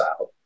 out